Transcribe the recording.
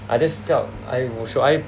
I just felt I w~ should I